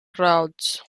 crowds